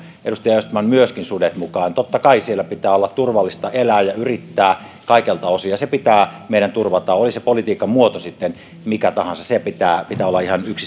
edustaja östman myöskin sudet mukaan totta kai siellä pitää olla turvallista elää ja yrittää kaikelta osin ja se pitää meidän turvata oli se politiikan muoto sitten mikä tahansa sen pitää pitää olla ihan